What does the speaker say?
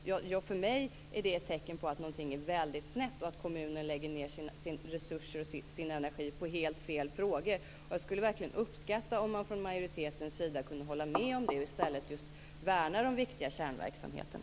För mig är det ett tecken på att någonting är väldig snett och att kommunen lägger ned sina resurser och sin energi på helt fel frågor. Jag skulle verkligen uppskatta om man från majoritetens sida kunde hålla med om det och i stället värnade den viktiga kärnverksamheten.